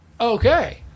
Okay